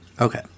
Okay